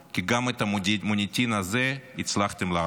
כי גם את המוניטין הזה הצלחתם להרוס.